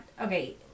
okay